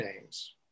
names